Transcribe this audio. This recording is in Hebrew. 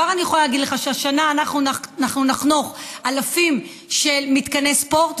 כבר אני יכולה להגיד לך שהשנה אנחנו נחנוך אלפי מתקני ספורט,